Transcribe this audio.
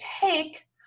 take